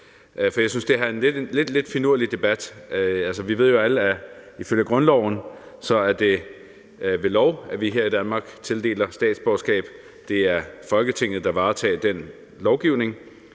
LA. Jeg synes, det her er en lidt finurlig debat. Vi ved jo alle, at ifølge grundloven er det ved lov, at vi her i Danmark tildeler statsborgerskab, det er Folketinget, der varetager den lovgivning,